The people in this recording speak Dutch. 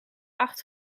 acht